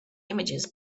images